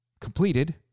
completed